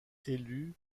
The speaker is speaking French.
élus